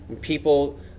people